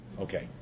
Okay